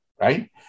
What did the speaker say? right